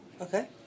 Okay